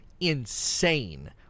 insane